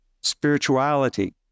spirituality